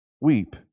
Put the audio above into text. weep